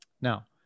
Now